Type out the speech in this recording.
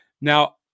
Now